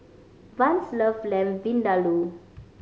Vance love Lamb Vindaloo